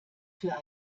für